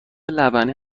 لبنی